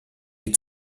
die